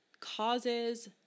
causes